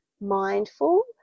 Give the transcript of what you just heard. mindful